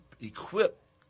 equipped